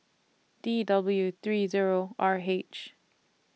D W three Zero R H